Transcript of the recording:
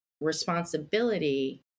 responsibility